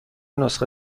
نسخه